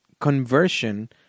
conversion